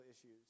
issues